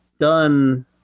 done